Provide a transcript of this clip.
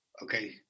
Okay